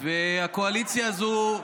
הקואליציה הזו,